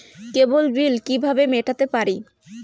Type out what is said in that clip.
কেবল bill কিভাবে মেটাতে পারি?